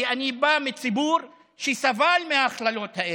כי אני בא מציבור שסבל מההכללות האלה.